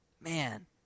Man